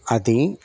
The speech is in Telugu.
అది